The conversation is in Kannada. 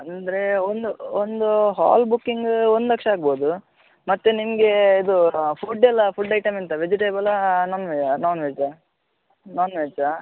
ಅಂದರೆ ಒಂದು ಒಂದು ಹಾಲ್ ಬುಕಿಂಗ್ ಒಂದು ಲಕ್ಷ ಆಗ್ಬೋದು ಮತ್ತು ನಿಮಗೆ ಇದು ಫುಡ್ ಎಲ್ಲ ಫುಡ್ ಐಟಂ ಎಂತ ವೆಜಿಟೇಬಲಾ ನನ್ ನೋನ್ ವೆಜ್ಜಾ ನೋನ್ ವೆಜ್ಜಾ